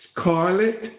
scarlet